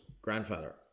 grandfather